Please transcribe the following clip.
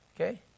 okay